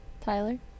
Tyler